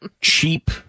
cheap